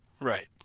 Right